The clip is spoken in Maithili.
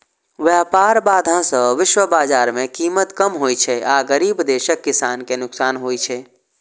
व्यापार बाधा सं विश्व बाजार मे कीमत कम होइ छै आ गरीब देशक किसान कें नुकसान होइ छै